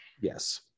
Yes